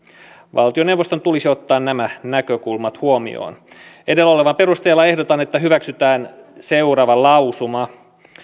valtioneuvoston tulisi ottaa nämä näkökulmat huomioon edellä olevan perusteella ehdotan että hyväksytään seuraava lausuma